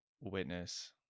witness